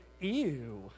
Ew